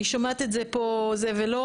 אני שומעת את זה פה ולא,